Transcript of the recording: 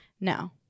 no